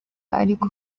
ariko